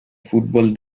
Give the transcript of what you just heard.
fútbol